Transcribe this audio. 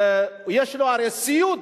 ויש לו הרי סיוט